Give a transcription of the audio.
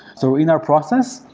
so in our process,